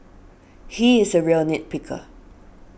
he is a real nit picker